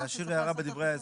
להשאיר הערה בדברי ההסבר.